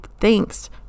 thanks